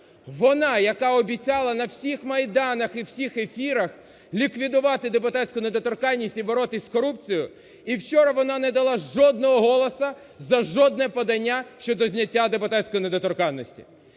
Вона, яка обіцяла на всіх майданах і всіх ефірах ліквідувати депутатську недоторканність і боротися з корупцією, і вчора вона не дала жодного голосу за жодне подання щодо зняття депутатської недоторканності.